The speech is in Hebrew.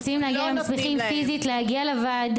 רוצים להגיע עם המסמכים פיזית לוועדה,